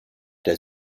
der